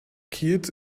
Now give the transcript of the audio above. kiels